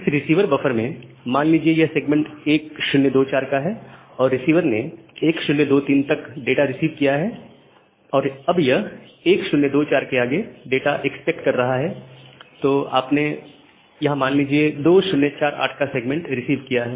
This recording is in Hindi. इस रिसीवर बफर में मान लीजिए यह सेगमेंट 1024 का है और रिसीवर ने 1023 तक डाटा रिसीव किया है और अब यह 1024 के आगे डाटा एक्सपेक्ट कर रहा है और आपने यहां मान लीजिए 2048 का सेगमेंट रिसीव किया है